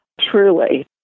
Truly